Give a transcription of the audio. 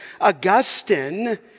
Augustine